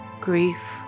grief